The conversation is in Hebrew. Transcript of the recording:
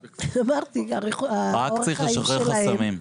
רק צריך לשחרר חסמים.